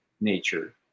nature